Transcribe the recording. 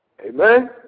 Amen